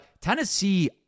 Tennessee